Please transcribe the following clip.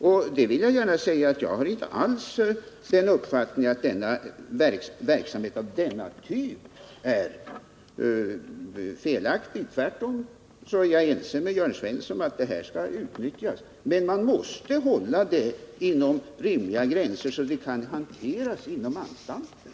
Jag vill gärna säga att jag har inte alls den uppfattningen att verksamhet av denna typ är felaktig. Tvärtom är jag ense med Jörn Svensson om att sådant här skall utnyttjas. Men man måste hålla det inom rimliga gränser, så att det kan hanteras inom anstalterna.